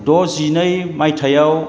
द'जिनै मायथाइआव